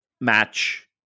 match